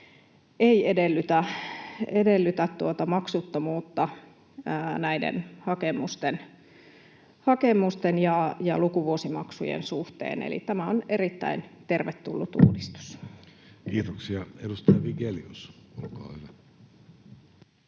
edellytä maksuttomuutta näiden hakemusten ja lukuvuosimaksujen suhteen. Eli tämä on erittäin tervetullut uudistus. [Speech 184] Speaker: Jussi Halla-aho